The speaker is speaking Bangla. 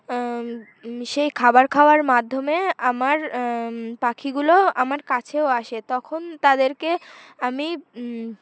সেই খাবার খাওয়ার মাধ্যমে আমার পাখিগুলো আমার কাছেও আসে তখন তাদেরকে আমি